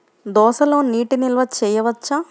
దోసలో నీటి నిల్వ చేయవచ్చా?